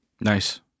Nice